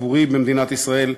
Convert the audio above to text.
נוסע לדימונה.